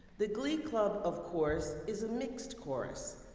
the glee club, of course, is a mixed chorus.